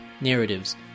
narratives